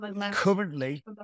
Currently